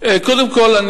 קודם כול,